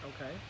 Okay